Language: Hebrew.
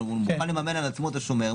אבל הוא מוכן לממן על עצמו את השומר,